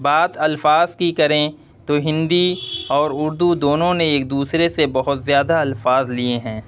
بات الفاظ کی کریں تو ہندی اور اردو دونوں نے ایک دوسرے سے بہت زیادہ الفاظ لیے ہیں